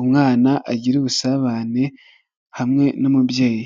umwana agire ubusabane hamwe n'umubyeyi.